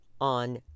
on